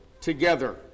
together